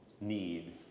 need